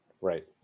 Right